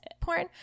porn